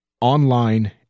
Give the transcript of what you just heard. online